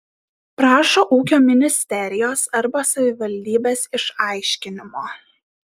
prašo ūkio ministerijos arba savivaldybės išaiškinimo